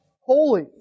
holy